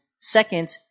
second